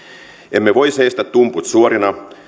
emme voi seistä tumput suorina